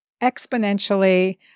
exponentially